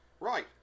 Right